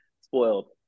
spoiled